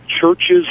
churches